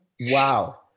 Wow